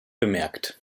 bemerkt